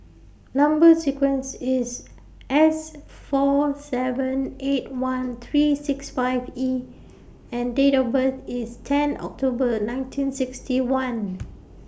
Number sequence IS S four seven eight one three six five E and Date of birth IS ten October nineteen sixty one